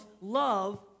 love